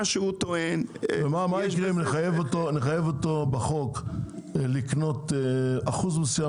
מה יש אם נחייב אותו בחוק לקנות אחוז מסוים